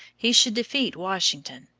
he should defeat washington.